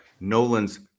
Nolan's